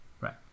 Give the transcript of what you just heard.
Right